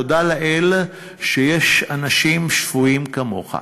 תודה לאל שיש אנשים שפויים כמוך.